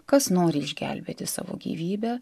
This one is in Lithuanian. kas nori išgelbėti savo gyvybę